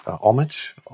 homage